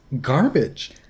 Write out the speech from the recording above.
garbage